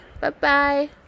Bye-bye